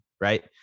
right